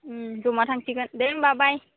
जमा थांसिगोन दे होमब्ला बाय